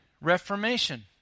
reformation